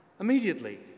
immediately